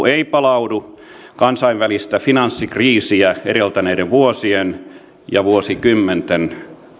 ei palaudu kansainvälistä finanssikriisiä edeltäneiden vuosien ja vuosikymmenten